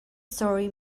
story